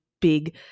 big